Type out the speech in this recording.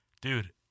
dude